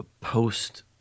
post